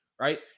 right